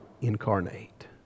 incarnate